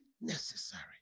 necessary